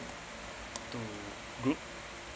to group